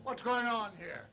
what's going on here